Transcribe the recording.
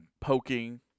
poking